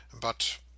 but—